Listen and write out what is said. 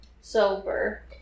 sober